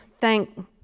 Thank